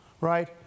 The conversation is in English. right